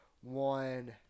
one –